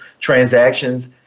transactions